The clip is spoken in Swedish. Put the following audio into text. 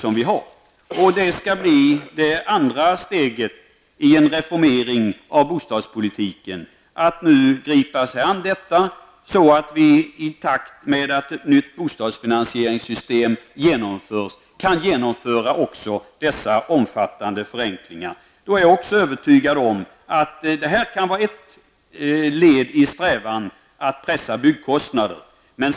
Att gripa sig an detta skall bli det andra steget i bostadspolitiken, så att vi i takt med att ett nytt bostadsfinansieringssystem genomförs även kan åstadkomma dessa omfattande förenklingar. Jag är också övertygad om att detta kan vara ett led i strävandena att pressa byggkostnaderna.